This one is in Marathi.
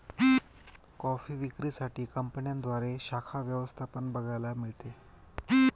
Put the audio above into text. कॉफी विक्री साठी कंपन्यांद्वारे शाखा व्यवस्था पण बघायला मिळते